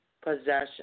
Possession